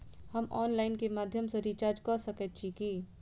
हम ऑनलाइन केँ माध्यम सँ रिचार्ज कऽ सकैत छी की?